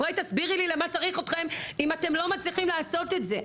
בואי תסבירי לי למה צריך אתכם אם אתם לא מצליחים לעשות את זה?